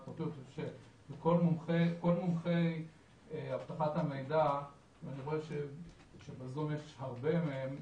הפרטיות אני חושב שכל מומחה אבטחת מידע ואני רואה שבזום יש הרבה מהם,